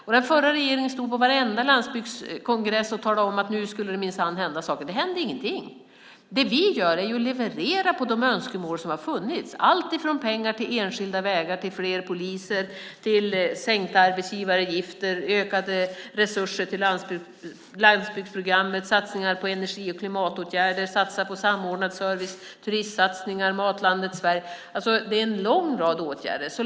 Och den förra regeringen stod på varenda landsbygdskongress och talade om att nu skulle det minsann hända saker. Det hände ingenting. Det vi gör är att leverera utifrån de önskemål som har funnits, alltifrån pengar till enskilda vägar till fler poliser, sänkta arbetsgivaravgifter, ökade resurser till landsbygdsprogrammet, satsningar på energi och klimatåtgärder, satsningar på samordnad service, turistsatsningar, matlandet Sverige. Det är en lång rad åtgärder!